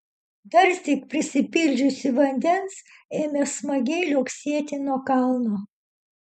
darsyk prisipildžiusi vandens ėmė smagiai liuoksėti nuo kalno